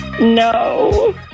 No